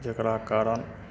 जेकरा कारण